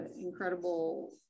incredible